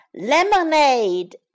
lemonade